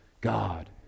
God